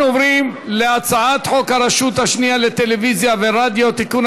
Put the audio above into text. אנחנו עוברים להצעת חוק הרשות השנייה לטלוויזיה ורדיו (תיקון,